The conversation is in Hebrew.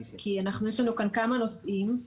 כי יש לנו כאן כמה נושאים,